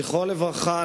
זכרו לברכה,